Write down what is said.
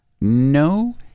no